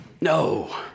No